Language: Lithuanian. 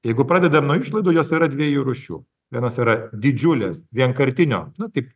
jeigu pradedam nuo išlaidų jos yra dviejų rūšių vienos yra didžiulės vienkartinio na tai